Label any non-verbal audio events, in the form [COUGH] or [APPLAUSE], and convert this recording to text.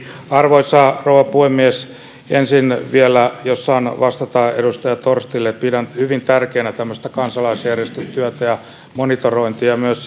arvoisa rouva puhemies ensin jos saan vielä vastata edustaja torstille pidän hyvin tärkeänä tämmöistä kansalaisjärjestötyötä ja monitorointia ja myös [UNINTELLIGIBLE]